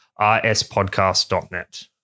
rspodcast.net